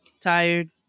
tired